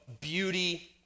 beauty